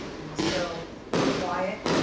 and so the quiet,